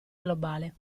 globale